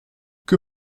que